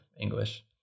English